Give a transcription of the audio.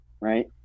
right